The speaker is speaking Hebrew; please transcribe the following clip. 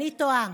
אני תוהה: